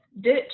Ditch